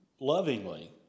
lovingly